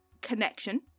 connection